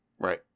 right